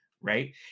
right